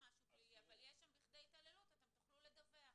משהו פלילי אבל יש שם בכדי התעללות אתם תוכלו לדווח.